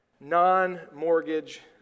non-mortgage